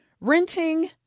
renting